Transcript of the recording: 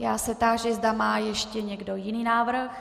Já se táži, zda má ještě někdo jiný návrh.